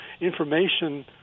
information